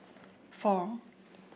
four